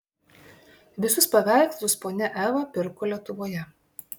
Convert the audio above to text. visus paveikslus ponia eva pirko lietuvoje